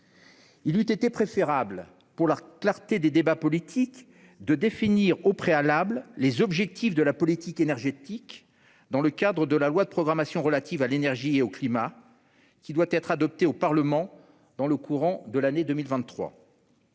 il eût été préférable, pour la clarté des débats politiques, de définir au préalable les objectifs de la politique énergétique dans le cadre de la loi de programmation sur l'énergie et le climat, qui doit être adoptée au Parlement dans le courant de l'année 2023.